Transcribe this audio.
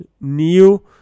new